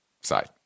side